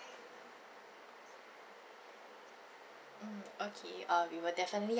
mm okay uh we will definitely